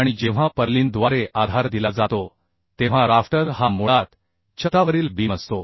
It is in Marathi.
आणि जेव्हा पर्लिनद्वारे आधार दिला जातो तेव्हा राफ्टर हा मुळात छतावरील बीम असतो